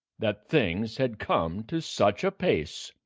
that things had come to such a pass.